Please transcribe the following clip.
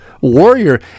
warrior